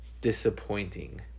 disappointing